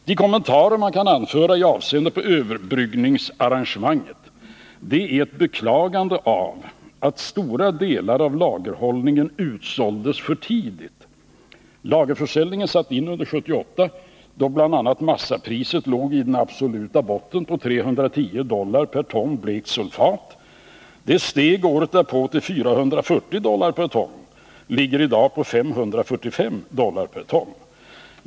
De kommentarer man kan anföra i avseende på överbryggningsarrangemanget är ett beklagande av att stora delar av lagerhållningen såldes ut för tidigt. Lagerförsäljningen satte in under 1978, då bl.a. massapriset låg i den absoluta botten på 310 dollar per ton blekt sulfat. Det steg året därpå till 440 dollar per ton och ligger i dag på 545 dollar per ton.